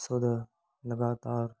ॾिसो त लगातार